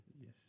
Yes